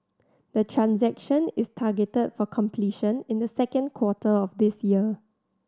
the transaction is targeted for completion in the second quarter of this year